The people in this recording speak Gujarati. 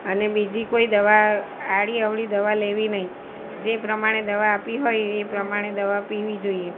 અને બીજી કોઈ દવા આડી અવડી દવા લેવી નહીં જે પ્રમાણે દવા આપી હોય એ પ્રમાણે દવા પીવી જોઈએ